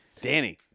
danny